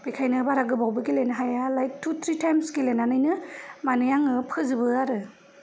बेखायनो बारा गोबावबो गेलेनो हाया लाएक थु थ्रि थाएमस गेलेनानैनो मानि आङो फोजोबो आरो